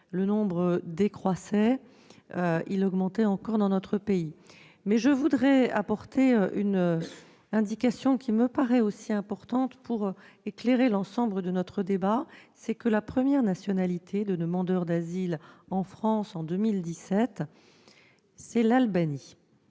ce nombre décroissait, il augmentait encore dans notre pays. Mais je voudrais apporter une indication qui me paraît aussi importante pour éclairer l'ensemble de notre débat : la première nationalité de demandeur d'asile, en France, en 2017, est la